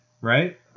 right